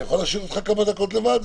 אני יכול להשאיר אותך כמה דקות לבד?